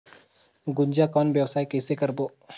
गुनजा कौन व्यवसाय कइसे करबो?